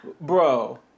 bro